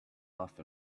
off